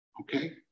okay